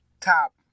top